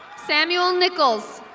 samuel nichals.